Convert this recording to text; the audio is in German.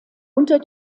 unter